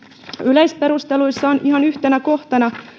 yleisperusteluissa on ihan yhtenä kohtana